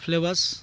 flavours